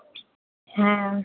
হ্যাঁ